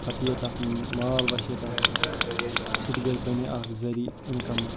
پَتہٕ ایٖہے تَتھ مال وَسے تَتھ سُہ تہِ گژھِ بَنہِ اَکھ ذریعہ اِنکَمُک